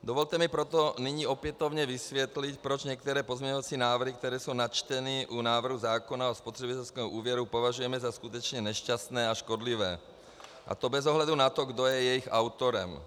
Dovolte mi proto nyní opětovně vysvětlit, proč některé pozměňovací návrhy, které jsou načteny u návrhu zákona o spotřebitelském úvěru, považujeme za skutečně nešťastné a škodlivé, a to bez ohledu na to, kdo je jejich autorem.